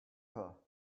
her